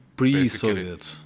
Pre-Soviet